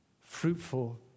fruitful